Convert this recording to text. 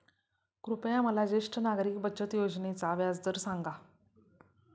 कृपया मला ज्येष्ठ नागरिक बचत योजनेचा व्याजदर सांगा